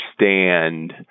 understand